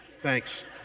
Thanks